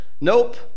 Nope